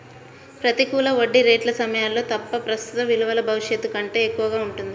ప్రతికూల వడ్డీ రేట్ల సమయాల్లో తప్ప, ప్రస్తుత విలువ భవిష్యత్తు కంటే ఎక్కువగా ఉంటుంది